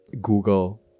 Google